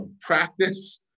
practice